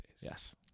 Yes